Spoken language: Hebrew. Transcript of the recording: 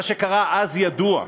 מה שקרה אז ידוע: